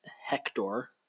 Hector